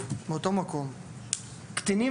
קטינים,